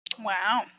Wow